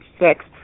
six